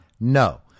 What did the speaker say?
No